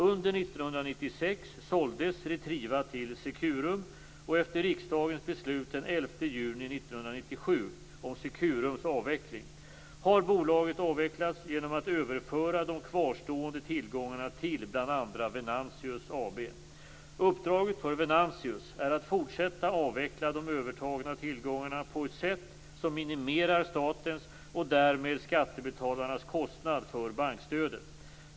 Under 1996 såldes Retriva till Securum och efter riksdagens beslut den 11 juni 1997 om Securums avveckling har bolaget avvecklats genom att överföra de kvarstående tillgångarna till bl.a. Venantius AB. Uppdraget för Venantius är att fortsätta avveckla de övertagna tillgångarna på ett sätt som minimerar statens och därmed skattebetalarnas kostnad för bankstödet.